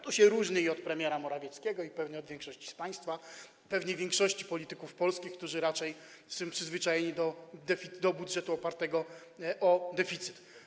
Tu się różnię i od premiera Morawieckiego, i pewnie od większości z państwa, pewnie od większości polityków polskich, którzy raczej są przyzwyczajeni do budżetu opartego o deficyt.